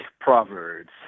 Proverbs